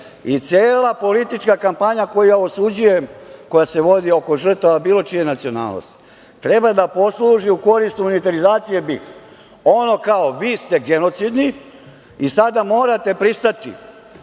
i cela politička kampanja, koju ja osuđujem, koja se vodi oko žrtava bilo čije nacionalnosti, treba da posluži u korist unitarizacije BiH. Ono kao - vi ste genocidni i sada morate pristati